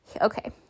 okay